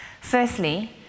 Firstly